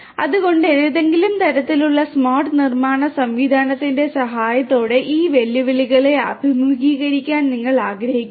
അതിനാൽ ഏതെങ്കിലും തരത്തിലുള്ള സ്മാർട്ട് നിർമ്മാണ സംവിധാനത്തിന്റെ സഹായത്തോടെ ഈ വെല്ലുവിളികളെ അഭിമുഖീകരിക്കാൻ നിങ്ങൾ ആഗ്രഹിക്കുന്നു